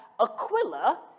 Aquila